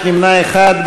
נמנע אחד.